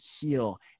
heal